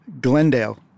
Glendale